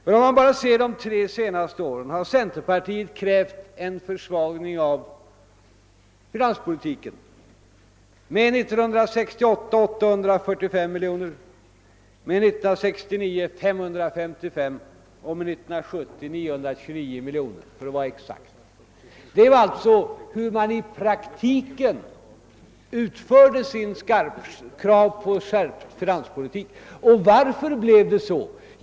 Men om man bara ser på de tre senaste budgetåren, så finner man att centerpartiet har krävt en försvagning av finanspolitiken med 845 miljoner år 1968, 555 miljoner år 1969 och 929 miljoner år 1970 för att vara exakt. Det är alltså på det sättet man i praktiken framfört sina krav på skärpt finanspolitik. Varför blev det så?